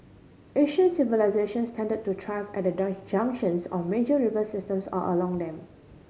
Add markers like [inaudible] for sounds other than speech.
ancient civilisations tend to thrive at the [unintelligible] junctions of major river systems or along them